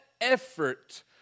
effort